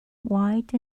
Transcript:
white